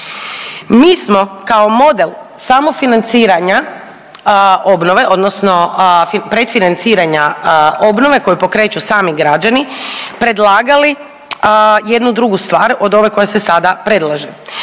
Mi smo kao model samofinanciranja obnove odnosno pretfinanciranja obnove koju pokreću sami građani predlagali jednu drugu stvar od ove koja se sada predlaže.